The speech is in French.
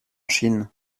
chine